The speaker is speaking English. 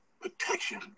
Protection